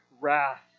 wrath